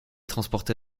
transporté